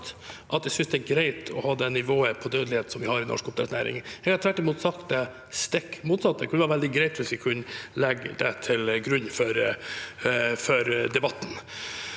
og langsiktig havbruk 2023 på dødelighet som vi har i norsk oppdrettsnæring. Jeg har tvert imot sagt det stikk motsatte. Det kunne vært veldig greit hvis vi kunne legge det til grunn for debatten.